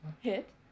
hit